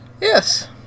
Yes